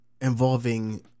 involving